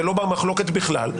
זה לא במחלוקת בכלל,